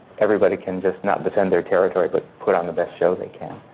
everybody can just not defend their territory, but put on the best show they can.